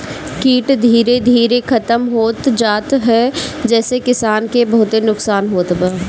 कीट धीरे धीरे खतम होत जात ह जेसे किसान के बहुते नुकसान होत बा